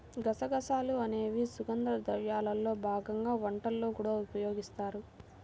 గసగసాలు అనేవి సుగంధ ద్రవ్యాల్లో భాగంగా వంటల్లో కూడా ఉపయోగిస్తారు